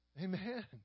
Amen